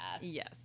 Yes